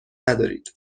ندارید